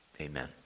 amen